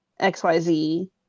XYZ